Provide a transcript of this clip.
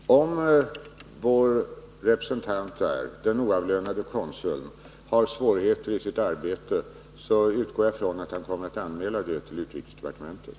Herr talman! Om vår representant där, den oavlönade konsuln, har svårigheter i sitt arbete, utgår jag från att han kommer att anmäla det till utrikesdepartementet.